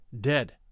dead